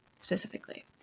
specifically